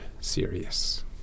serious